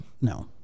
No